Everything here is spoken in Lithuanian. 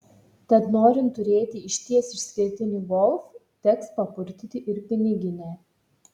tad norint turėti išties išskirtinį golf teks papurtyti ir piniginę